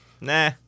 Nah